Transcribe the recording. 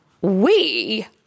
We